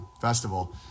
festival